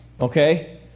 Okay